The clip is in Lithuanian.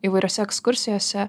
įvairiose ekskursijose